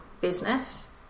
business